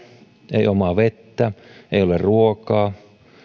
ei omaa vettä ei ole ruokaa